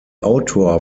autor